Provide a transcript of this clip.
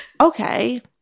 okay